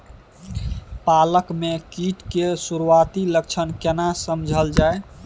पालक में कीट के सुरआती लक्षण केना समझल जाय?